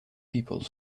people